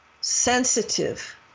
sensitive